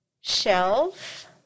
Shelf